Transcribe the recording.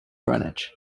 greenwich